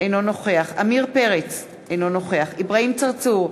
אינו נוכח עמיר פרץ, אינו נוכח אברהים צרצור,